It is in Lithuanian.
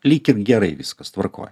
lyg ir gerai viskas tvarkoj